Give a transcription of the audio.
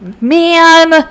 man